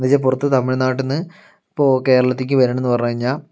എന്ന് വെച്ചാൽ പുറത്ത് തമിഴ്നാട്ടിൽ നിന്ന് ഇപ്പോൾ കേരളത്തിലേക്ക് വരണമെന്ന് പറഞ്ഞ് കഴിഞ്ഞാൽ